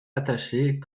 attachés